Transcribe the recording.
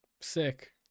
Sick